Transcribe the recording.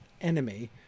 enemy